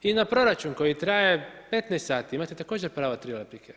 I na proračun koji traje 15 sati, imate također pravo tri replike.